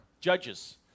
Judges